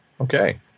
okay